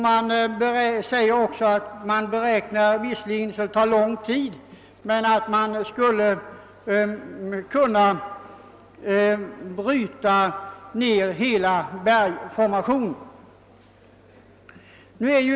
Man säger också att man skulle kunna bryta ned hela bergformationen även om detta skulle ta lång tid.